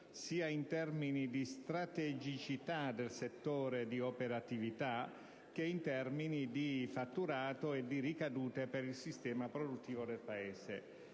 sia in termini di strategicità del settore di operatività che in termini di fatturato e di ricadute per il sistema produttivo del Paese.